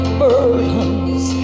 burdens